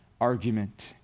argument